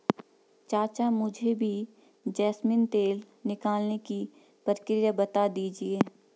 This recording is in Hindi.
चाचा मुझे भी जैस्मिन तेल निकालने की प्रक्रिया बता दीजिए